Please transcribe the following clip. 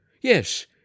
Yes